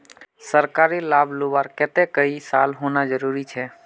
सरकारी लाभ लुबार केते कई साल होना जरूरी छे?